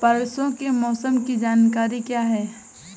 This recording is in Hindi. परसों के मौसम की जानकारी क्या है?